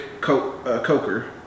Coker